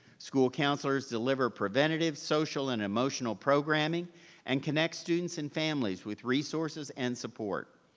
school counselors deliver preventative social and emotional programming and connect students and families with resources and support.